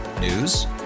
News